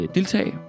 deltage